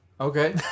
Okay